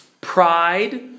pride